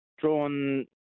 drawn